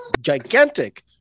gigantic